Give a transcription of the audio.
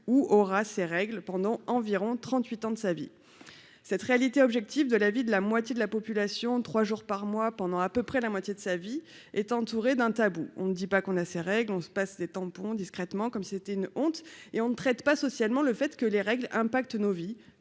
ou aura ses règles pendant environ 38 ans de sa vie, cette réalité objective de la vie de la moitié de la population, 3 jours par mois pendant à peu près la moitié de sa vie est entouré d'un tabou, on ne dit pas qu'on a ses règles, on se passe des tampons discrètement comme c'était une honte, et on ne traite pas socialement le fait que les règles impacte nos vies